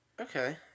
Okay